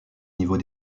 niveau